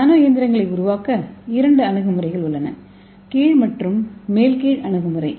நானோ இயந்திரங்களை உருவாக்க இரண்டு அணுகுமுறைகள் உள்ளன கீழ் மற்றும் மேல் கீழ் அணுகுமுறை